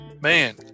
Man